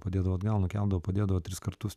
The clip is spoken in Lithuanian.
padėdavo atgal nukeldavo padėdavo tris kartus